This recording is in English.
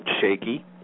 shaky